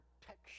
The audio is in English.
protection